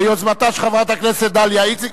ביוזמתה של חברת הכנסת דליה איציק,